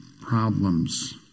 problems